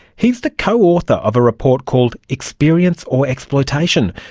he is the co-author of a report called experience or exploitation,